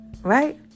Right